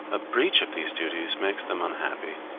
a breach of these duties makes them unhappy.